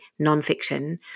nonfiction